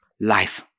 Life